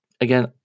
Again